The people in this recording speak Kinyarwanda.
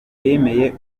uruhare